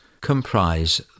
comprise